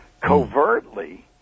covertly